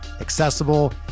accessible